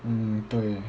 嗯对